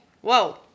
Whoa